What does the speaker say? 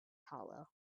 hollow